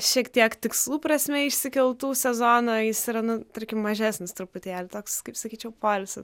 šiek tiek tikslų prasme išsikeltų sezono jis yra tarkim mažesnis truputėlį toks kaip sakyčiau poilsio